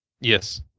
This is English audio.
Yes